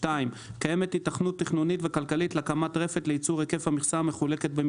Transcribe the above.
קיימת היתכנות תכנונית וכלכלית להקמת רפת לייצור היקף המכסה המחולקת,